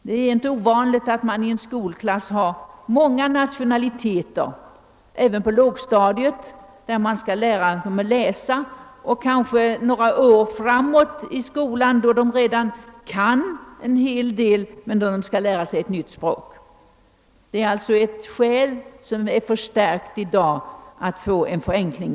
Det är inte ovanligt att det i en skolklass finns många nationaliteter; det kan gälla lågstadiet, där man skall lära barnen att läsa, och det kan gälla några år framåt, då de redan kan en hel del men skall lära sig ett nytt språk. Det är alltså ett skäl för en förenklad stavning som är förstärkt i dag.